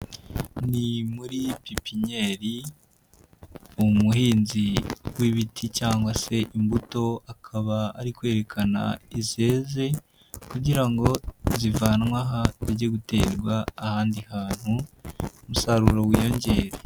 Ni muri pipinyeri, umuhinzi w'ibiti cyangwa se imbuto akaba ari kwerekana izeze kugira ngo zivanwe aha zige guterwa ahandi hantu, umusaruro wiyonge.